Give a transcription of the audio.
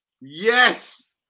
yes